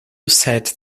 said